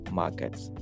markets